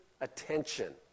attention